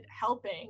helping